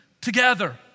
together